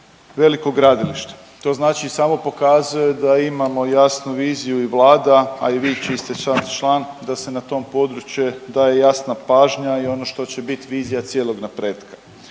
veliko gradilište. To znači samo pokazuje da imamo jasnu viziju i Vlada, a i vi čiji ste sad član da se na tom području daje jasna pažnja i ono što će biti vizija cijelog napretka.